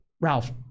Ralph